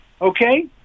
Okay